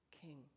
King